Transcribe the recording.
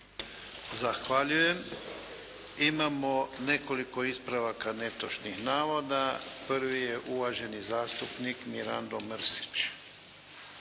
Zahvaljujem. Imamo nekoliko ispravaka netočnih navoda. Prvi je uvaženi zastupnik Silvano Hrelja.